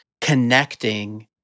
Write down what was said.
connecting